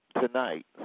tonight